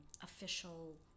official